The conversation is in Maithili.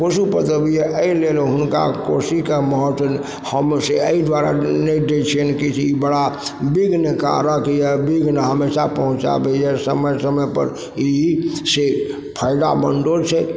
कोसी उपद्रवी यऽ अइ लेल हुनका कोसीके महत्त्व हम से अइ दुआरे नहि दै छियनि कि जे ई बड़ा विघ्नकारक यऽ विघ्न हमेशा पहुँचाबइए समय समयपर ई से फाइदामन्दो छै